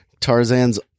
Tarzan's